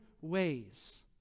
ways